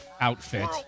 outfit